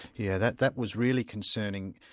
yeah that that was really concerning.